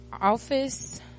office